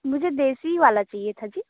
मुझे देशी वाला चाहिए था जी